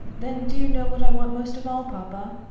then do you know what i want most of all, papa?